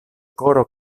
koro